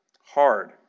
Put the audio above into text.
hard